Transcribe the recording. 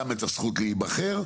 גם את הזכות להיבחר.